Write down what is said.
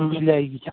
मिल जाएगी क्या